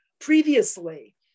previously